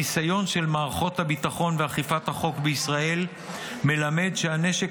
הניסיון של מערכות הביטחון ואכיפת החוק בישראל מלמד שהנשק